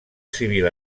civil